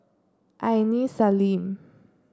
Aini Salim